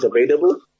available